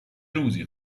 روزی